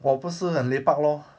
!wah! 不是很 lepak lor